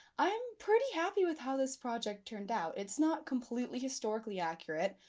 i'm pretty happy with how this project turned out. it's not completely historically accurate,